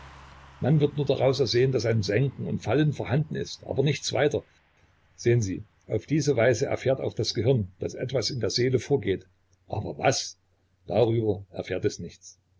man wird nur daraus ersehen daß ein senken und fallen vorhanden ist aber nichts weiter sehen sie auf diese weise erfährt auch das gehirn daß etwas in der seele vorgeht aber was darüber erfährt es nichts